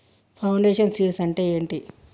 Foundation seeds అంటే ఏంటి?